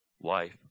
life